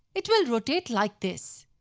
it will rotate like this.